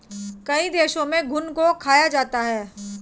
कई देशों में घुन को खाया जाता है